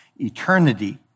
eternity